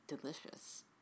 Delicious